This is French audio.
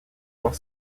doit